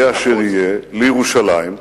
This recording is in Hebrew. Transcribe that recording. יהיה אשר יהיה, לירושלים,